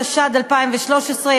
התשע"ד 2013,